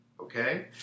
Okay